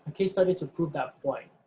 case studies to prove that point.